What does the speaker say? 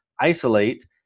isolate